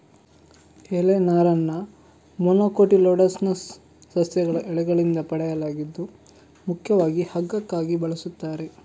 ಎಲೆ ನಾರನ್ನ ಮೊನೊಕೊಟಿಲ್ಡೋನಸ್ ಸಸ್ಯಗಳ ಎಲೆಗಳಿಂದ ಪಡೆಯಲಾಗಿದ್ದು ಮುಖ್ಯವಾಗಿ ಹಗ್ಗಕ್ಕಾಗಿ ಬಳಸ್ತಾರೆ